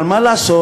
אבל מה לעשות